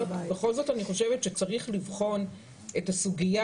בכל זאת אני חושבת שצריך לבחון את הסוגיה